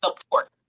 support